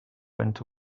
into